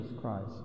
Christ